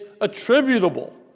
attributable